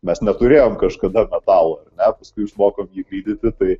mes neturėjoe kažkada metalo ar ne išmokom jį lydyti tai